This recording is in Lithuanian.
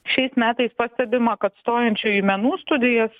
šiais metais pastebima kad stojančių į menų studijas